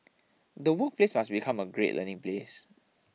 the workplace must become a great learning place